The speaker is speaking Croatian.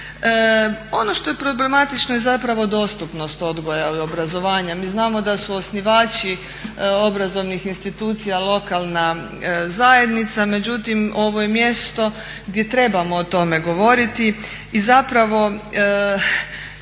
Ono što je problematično je dostupnost odgoja i obrazovanja. Mi znamo da su osnivači obrazovnih institucija lokalna zajednica, međutim ovo je mjesto gdje trebamo o tome govoriti i u